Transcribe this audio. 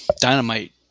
dynamite